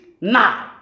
now